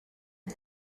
egg